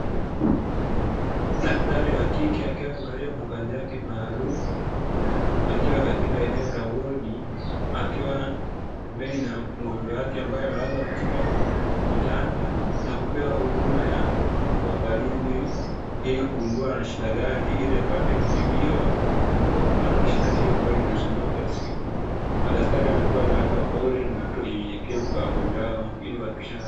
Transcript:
Daktari wakike akiwa amevalia mavazi yake maalumu, akiwa katika eneo la hodi akiwa pembeni na mgonjwa wake ambaye amelazwa katika kitanda, na kupewa huduma ya uangalizi ilikugundua anashida gani ili apate kutibiwa na kuepukana na shida hiyo inayomsumbua kiasi kikubwa. Madaktari wamekuwa ni watu wapole na watu wenyenyekevu kwa wagonjwa wao ilikuhakikisha wapo salama.